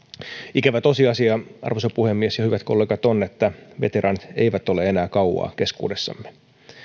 ikävä tosiasia on arvoisa puhemies ja hyvät kollegat että veteraanit eivät ole enää kauaa keskuudessamme